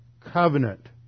covenant